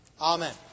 Amen